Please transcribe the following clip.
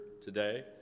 today